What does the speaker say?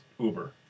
Uber